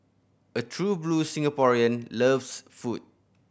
a true blue Singaporean loves food